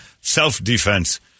self-defense